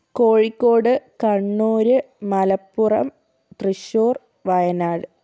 Kozhikode Kannur Malappuram Thrissur Wayanad